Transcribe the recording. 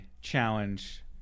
challenge